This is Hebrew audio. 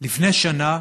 לפני שנה